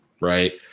right